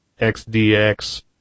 XDX